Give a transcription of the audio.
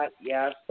Yes